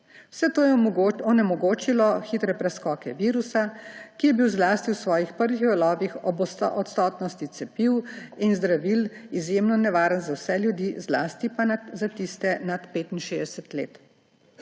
Vse to je onemogočilo hitre preskoke virusa, ki je bil zlasti v svojih prvih valovih ob odsotnosti cepiv in zdravil izjemno nevaren za vse ljudi, zlasti pa za tiste nad 65 let.